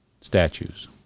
statues